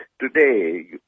Today